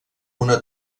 una